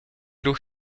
ruch